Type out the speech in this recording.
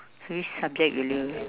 so which subject you love